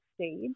stage